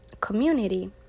community